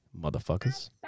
motherfuckers